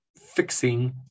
fixing